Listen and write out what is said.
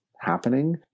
happening